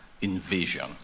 invasion